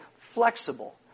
flexible